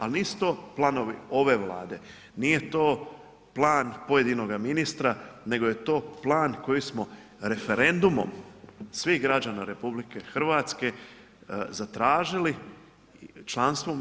Ali nisu to planovi ove Vlade, nije to plan pojedinoga ministra nego je to plan koji smo referendumom svih građana RH zatražili članstvo u EU.